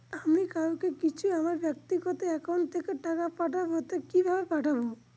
আমি কাউকে কিছু আমার ব্যাক্তিগত একাউন্ট থেকে টাকা পাঠাবো তো কিভাবে পাঠাবো?